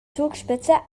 zugspitze